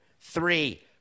three